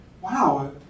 wow